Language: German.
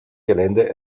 gelände